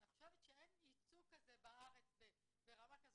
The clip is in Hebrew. אני חושבת שאין ייצוג כזה בארץ ברמה כזאת,